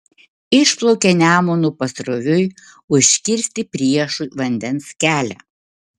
išplaukė nemunu pasroviui užkirsti priešui vandens kelią